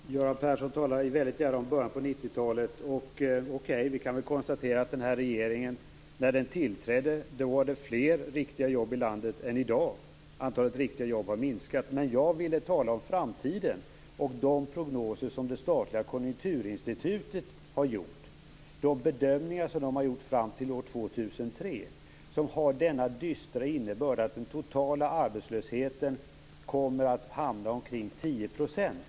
Fru talman! Göran Persson talar väldigt gärna om det som hände i början på 90-talet. Okej, vi kan konstatera att det när den nuvarande regeringen tillträdde fanns fler riktiga jobb i landet än i dag. Antalet riktiga jobb har minskat. Men jag ville tala om framtiden och de prognoser som det statliga Konjunkturinstitutet har gjort. De bedömningar som det har gjort fram till år 2003 har den dystra innebörden att den totala arbetslösheten kommer att hamna på omkring 10 %.